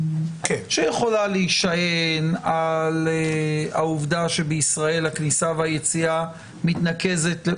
שיכולה להישען על העובדה שבישראל הכניסה והיציאה מתנקזת.